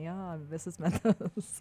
jo visus metus